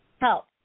help